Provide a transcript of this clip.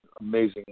amazing